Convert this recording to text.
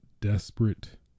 desperate